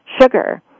sugar